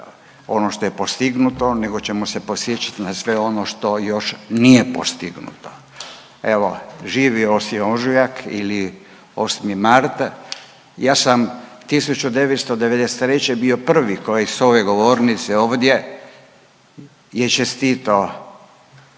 ono što je postignuto nego ćemo se podsjetiti na sve ono što još nije postignuto. Evo živio 8. ožujak ili 8. mart. Ja sam 1993. bio prvi koji je sa ove govornice ovdje je čestitao